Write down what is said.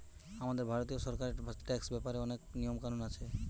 আমাদের ভারতীয় সরকারের ট্যাক্স ব্যাপারে অনেক নিয়ম কানুন আছে